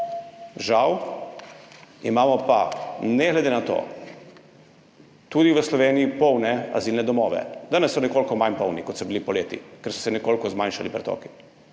Žal imamo pa ne glede na to tudi v Sloveniji polne azilne domove. Danes so nekoliko manj polni, kot so bili poleti, ker so se nekoliko zmanjšali pretoki,